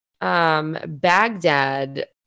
Baghdad